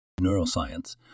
Neuroscience